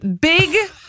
Big